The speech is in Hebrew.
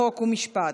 חוק ומשפט.